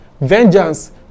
Vengeance